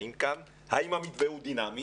האם המתווה הזה הוא דינמי